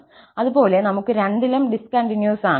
അതുപോലെ നമുക്ക് 2 ലും ഡിസ്കണ്ടിന്യൂസ് ആണ്